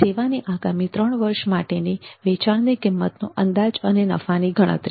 સેવાની આગામી ત્રણ વર્ષ માટેની વેચાણની કિંમતનો અંદાજ અને નફાની ગણતરી